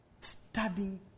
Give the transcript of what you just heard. studying